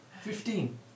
Fifteen